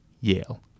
Yale